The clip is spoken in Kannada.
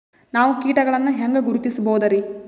ನಾವು ಕೀಟಗಳನ್ನು ಹೆಂಗ ಗುರುತಿಸಬೋದರಿ?